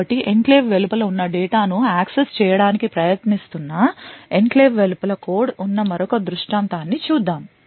కాబట్టి ఎన్క్లేవ్ వెలుపల ఉన్న డేటా ను యాక్సెస్ చేయడానికి ప్రయత్నిస్తున్న ఎన్క్లేవ్ వెలుపల కోడ్ ఉన్న మరొక దృష్టాంతాన్ని చూద్దాం